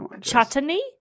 Chutney